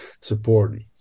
support